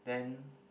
then